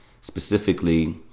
specifically